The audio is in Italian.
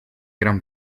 gran